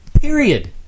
Period